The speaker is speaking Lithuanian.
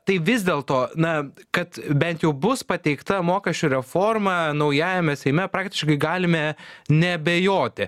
tai vis dėlto na kad bent jau bus pateikta mokesčių reforma naujajame seime praktiškai galime neabejoti